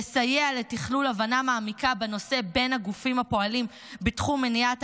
תסייע לתכלול הבנה מעמיקה בנושא בין הגופים שפועלים בתחום מניעת